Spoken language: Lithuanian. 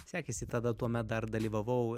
sekėsi tada tuomet dar dalyvavau